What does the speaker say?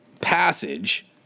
passage